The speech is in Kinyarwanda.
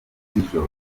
z’ijoro